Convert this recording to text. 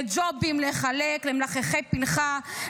לג'ובים לחלק למלחכי פנכה,